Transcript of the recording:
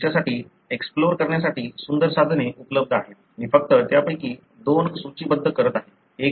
तुमच्यासाठी एक्सप्लोर करण्यासाठी सुंदर साधने उपलब्ध आहेत मी फक्त त्यापैकी दोन सूचीबद्ध करत आहे